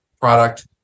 product